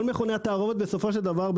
כל מכוני התערובת בסופו של דבר,